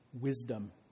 wisdom